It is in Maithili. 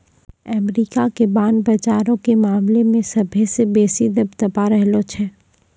अमेरिका के बांड बजारो के मामला मे सभ्भे से बेसी दबदबा रहलो छै